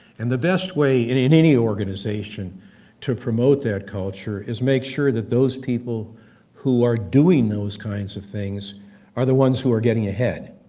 and the best way in in any organization to promote that culture is make sure that those people who are doing those kinds of things are the ones that are getting ahead,